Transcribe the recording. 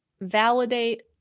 validate